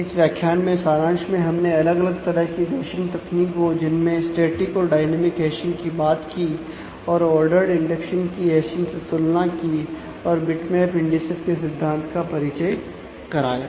इस व्याख्यान में सारांश में हमने अलग अलग तरह की हैशिंग तकनीको जिनमें स्टैटिक और डायनामिक हैशिंग की बात की और ओर्डरड इंडेक्सिंग की हैशिंग से तुलना की और बिटमैप इंडिसेज के सिद्धांत का परिचय कराया